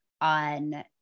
on